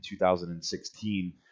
2016